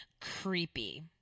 creepy